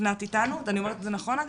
צפנת מעוז,